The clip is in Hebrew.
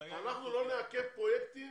הבעיה היא --- אנחנו לא נעכב פרויקטים